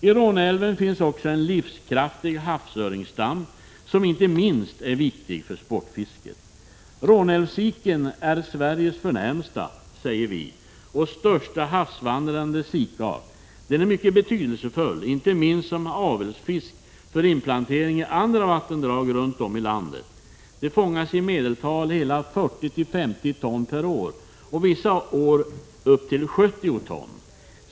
I Råneälven finns också en livskraftig havsöringsstam, som inte minst för sportfisket är viktig. Råneälvssiken är Sveriges förnämsta säger vi, och den är den största havsvandrande sikarten. Den är mycket betydelsefull inte minst som avelsfisk för inplantering i andra vattendrag runt om i landet. Det fångas i medeltal hela 40-50 ton per år och vissa år upp till 70 ton.